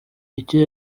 icyo